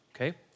Okay